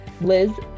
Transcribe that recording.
Liz